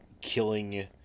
killing